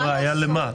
וזו ראייה למה?